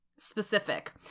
specific